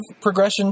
progression